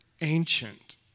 ancient